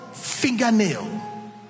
Fingernail